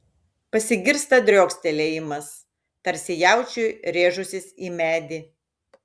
pasigirsta driokstelėjimas tarsi jaučiui rėžusis į medį